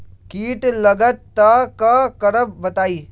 कीट लगत त क करब बताई?